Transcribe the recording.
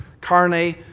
Carne